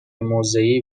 موضعی